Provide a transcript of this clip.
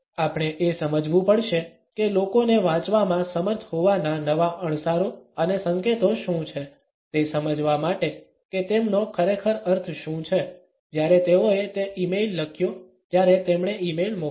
આપણે એ સમજવું પડશે કે લોકોને વાંચવામાં સમર્થ હોવાના નવા અણસારો અને સંકેતો શું છે તે સમજવા માટે કે તેમનો ખરેખર અર્થ શું છે જ્યારે તેઓએ તે ઇમેઇલ લખ્યો જ્યારે તેમણે ઇમેઇલ મોકલ્યા